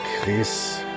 Chris